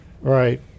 Right